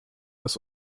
das